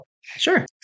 Sure